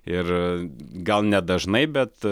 ir gal nedažnai bet